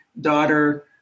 daughter